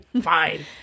Fine